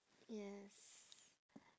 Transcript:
yes